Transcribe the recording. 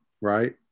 right